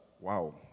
wow